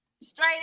straight